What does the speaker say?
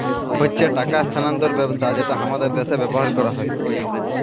হচ্যে টাকা স্থানান্তর ব্যবস্থা যেটা হামাদের দ্যাশে ব্যবহার হ্যয়